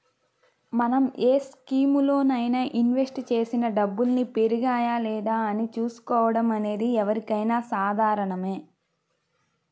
మనం ఏ స్కీములోనైనా ఇన్వెస్ట్ చేసిన డబ్బుల్ని పెరిగాయా లేదా అని చూసుకోవడం అనేది ఎవరికైనా సాధారణమే